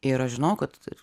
ir aš žinojau kad